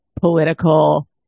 political